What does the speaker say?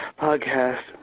podcast